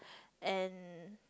and